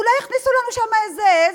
אולי הכניסו לנו שם איזו עז?